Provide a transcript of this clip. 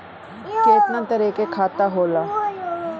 केतना तरह के खाता होला?